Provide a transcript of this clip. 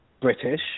British